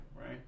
right